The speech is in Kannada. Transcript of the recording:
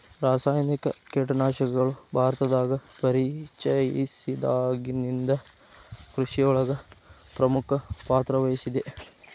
ರಾಸಾಯನಿಕ ಕೇಟನಾಶಕಗಳು ಭಾರತದಾಗ ಪರಿಚಯಸಿದಾಗನಿಂದ್ ಕೃಷಿಯೊಳಗ್ ಪ್ರಮುಖ ಪಾತ್ರವಹಿಸಿದೆ